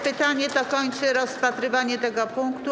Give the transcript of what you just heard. Pytanie to kończy rozpatrywanie tego punktu.